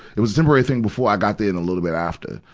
it was a temporary thing before i got there and a little bit after.